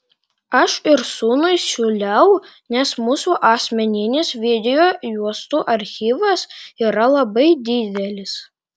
aš ir sūnui siūliau nes mūsų asmeninis video juostų archyvas yra labai didelis